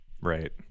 Right